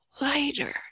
lighter